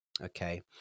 Okay